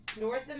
North